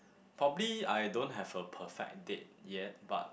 probably I don't have a perfect date yet but